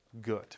good